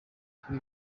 kuri